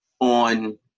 on